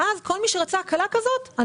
כל מי שרצה הקלה כזאת,